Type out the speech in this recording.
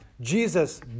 Jesus